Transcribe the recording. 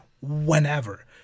whenever